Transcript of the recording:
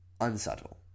Unsubtle